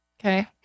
Okay